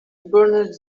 burned